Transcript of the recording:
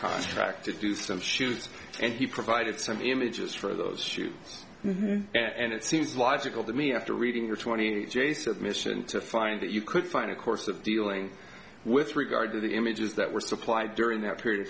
contract to do some shoes and he provided some images for those shoes and it seems logical to me after reading your twenty jay said mission to find that you could find a course of dealing with regard to the images that were supplied during that period of